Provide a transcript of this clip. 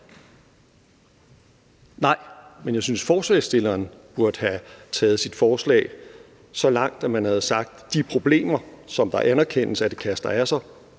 Nej, men jeg synes, at forslagsstilleren burde have taget sit forslag så langt, at man havde sagt, hvad man ville gøre ved de problemer, som det anerkendes at det kaster af sig,